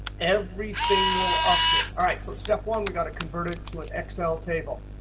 everything will update. all right. so step one we've got to convert it to an excel table.